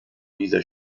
dieser